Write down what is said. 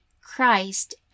Christ